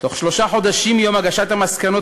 תוך שלושה חודשים מיום הגשת המסקנות